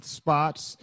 spots